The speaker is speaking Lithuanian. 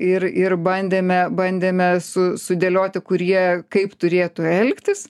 ir ir bandėme bandėme su sudėlioti kurie kaip turėtų elgtis